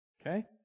Okay